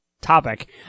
topic